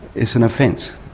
it's an offence.